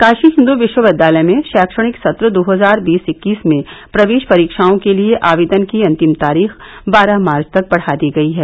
काशी हिंदू विश्वविद्यालय में शैक्षणिक सत्र दो हजार बीस इक्कीस में प्रवेश परीक्षाओं के लिए आवेदन की अंतिम तारीख बारह मार्च तक बढ़ा दी गई है